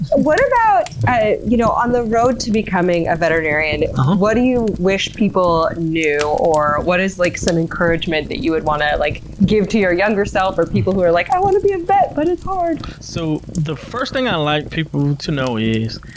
what about, on you know on the road to becoming a veterinarian, what do you wish people knew or what is, like, some encouragement that you would want to like give to your younger self or people who are like, i want to be a vet but it's hard! so the first thing i'd like people to know is,